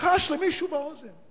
ילחש למישהו באוזן.